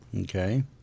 Okay